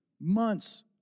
months